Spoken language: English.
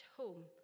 home